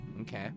Okay